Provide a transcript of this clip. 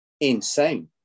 insane